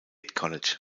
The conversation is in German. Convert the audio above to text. college